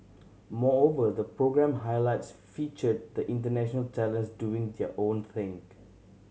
moreover the programme highlights featured the international talents doing their own think